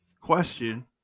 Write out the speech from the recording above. question